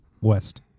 West